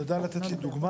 אתה יודע לתת לי דוגמה?